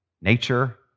nature